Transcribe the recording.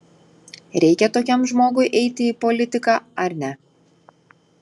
reikia tokiam žmogui eiti į politiką ar ne